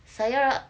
saya